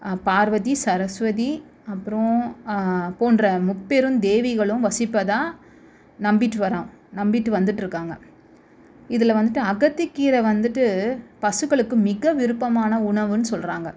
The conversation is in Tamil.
பார்வதி சரஸ்வதி அப்புறம் போன்ற முப்பெரும் தேவிகளும் வசிப்பதாக நம்பிட்டு வரோம் நம்பிட்டு வந்துகிட்ருக்காங்க இதில் வந்துட்டு அகத்திக்கீரை வந்துட்டு பசுக்களுக்கு மிக விருப்பமான உணவுன்னு சொல்கிறாங்க